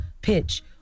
pitch